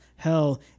hell